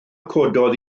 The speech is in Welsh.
cododd